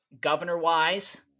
governor-wise